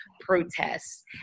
protests